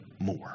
more